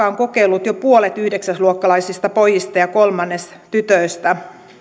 on kokeillut jo puolet yhdeksäsluokkalaista pojista ja kolmannes tytöistä